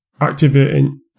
activating